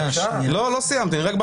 זה כדי